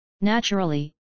Naturally